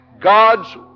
God's